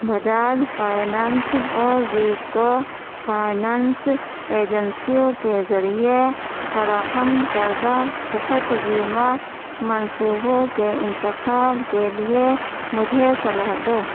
Bajaj finance اور Repco finance ایجنسیوں کے ذریعے فراہم کردہ صحت بیمہ منصوبوں کے انتخاب کے لیے مجھے صلاح دو